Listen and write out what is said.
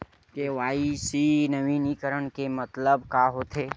KYC नवीनीकरण के मतलब का होथे?